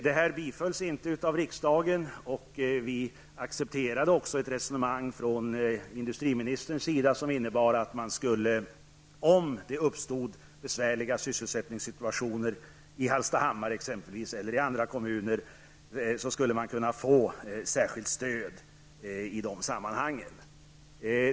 Detta bifölls inte av riksdagen och vi accepterade ett resonemang från industriministerns sida som innebar att man, om det uppstod besvärliga sysselsättningssituationer i exempelvis Hallstahammar eller i andra kommuner, skulle kunna få särskilt stöd.